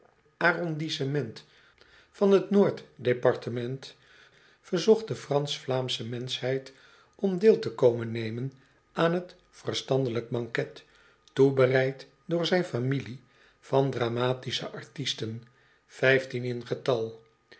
arrondissement van t noord departement verzocht de pransch vlaamsche menschheid om deel te komen nemen aan t verstandelijk banket toebereid door zijn familie van dramatische artisten vijftien in getal